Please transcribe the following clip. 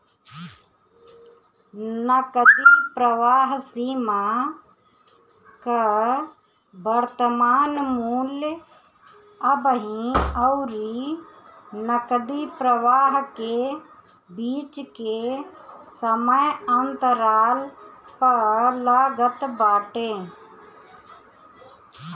नगदी प्रवाह सीमा कअ वर्तमान मूल्य अबही अउरी नगदी प्रवाह के बीच के समय अंतराल पअ लागत बाटे